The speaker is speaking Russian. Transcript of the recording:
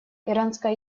иранская